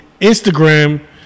Instagram